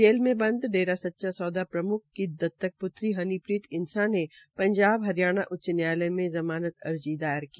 jail में बंद डेरा सच्चा सौदा प्रम्ख की दत्तक प्त्री हनीप्रीत इसां ने पंजाब हरियाणा उच्च न्यायालय में ज़मानत अर्जी दायर की